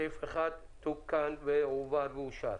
סעיף 1 תוקן ואושר.